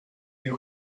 you